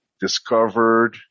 discovered